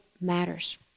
matters